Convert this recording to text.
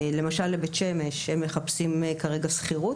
למשל לבית שמש הם מחפשים כרגע שכירות.